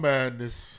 Madness